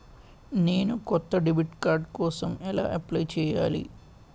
నేను కొత్త debit card కోసం ఎలా అప్లయ్ చేయాలి?